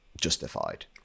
justified